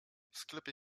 sklepie